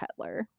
Petler